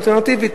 אלטרנטיבית,